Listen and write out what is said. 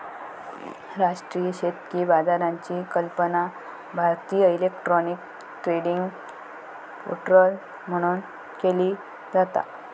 राष्ट्रीय शेतकी बाजाराची कल्पना भारतीय इलेक्ट्रॉनिक ट्रेडिंग पोर्टल म्हणून केली जाता